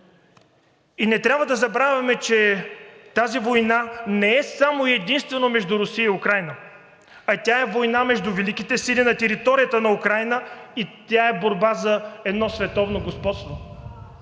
Не трябва да забравяме, че тази война не е само и единствено между Русия и Украйна – тя е война между Великите сили на територията на Украйна и тя е борба за световно господство.